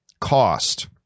cost